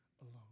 alone